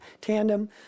tandem